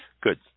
Good